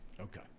Okay